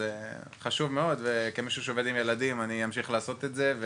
זה חשוב מאוד כמישהו שעובד עם ילדים אני אמשיך לעשות את זה,